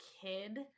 kid